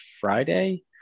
Friday